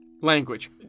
Language